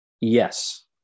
Yes